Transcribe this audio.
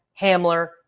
hamler